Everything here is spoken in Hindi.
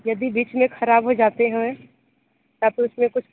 यदि बीच में ख़राब हो जाते हैं तब उस में कुछ